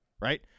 right